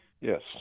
Yes